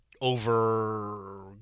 over